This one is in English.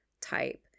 type